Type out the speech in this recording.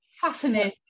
fascinating